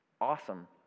awesome